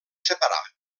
separar